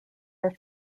are